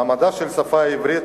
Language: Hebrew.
מעמדה של השפה העברית,